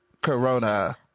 Corona